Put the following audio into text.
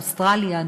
אוסטרליה,